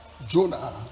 Jonah